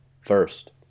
first